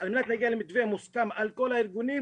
על מנת להגיע למתווה מוסכם על כל הארגונים.